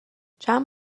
چند